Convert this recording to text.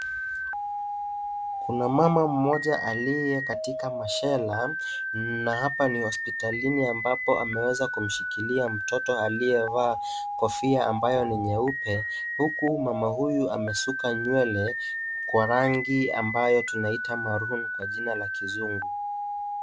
Kuna mama mmoja ambayo ni nyeupe. Huku mama huyu amesuka nywele kwa rangi ambayo tunaita maroon kwa jina la kizungu.